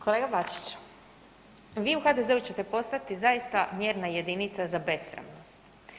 Kolega Bačiću, vi u HDZ-u ćete postati zaista mjerna jedinica za besramnost.